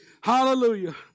Hallelujah